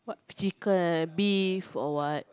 chicken beef or what